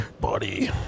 buddy